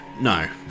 No